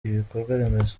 ibikorwaremezo